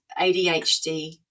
ADHD